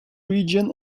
region